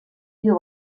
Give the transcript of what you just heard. più